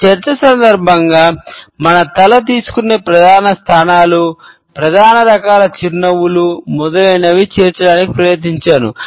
నా చర్చ సందర్భంగా మన తల తీసుకునే ప్రధాన స్థానాలు ప్రధాన రకాల చిరునవ్వులు మొదలైనవి చేర్చడానికి ప్రయత్నించాను